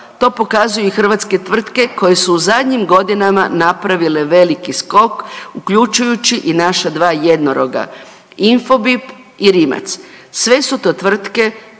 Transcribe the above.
to pokazuju i hrvatske tvrtke koje su u zadnjim godinama napravile veliki skok uključujući i dva naša jednoroga Infobip i Rimac, sve su to tvrtke